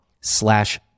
slash